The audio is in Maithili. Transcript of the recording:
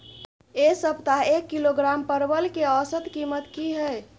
ऐ सप्ताह एक किलोग्राम परवल के औसत कीमत कि हय?